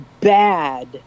bad